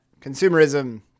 consumerism